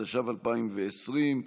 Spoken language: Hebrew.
התש"ף 2020,